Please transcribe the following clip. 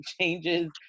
changes